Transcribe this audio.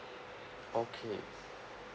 okay